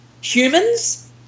humans